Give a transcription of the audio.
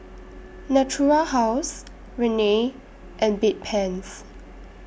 Natura House Rene and Bedpans